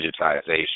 digitization